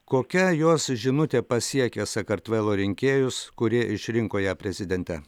kokia jos žinutė pasiekė sakartvelo rinkėjus kurie išrinko ją prezidente